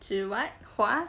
zhi what hua